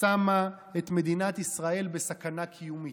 שמה את מדינת ישראל בסכנה קיומית,